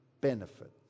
benefit